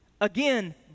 again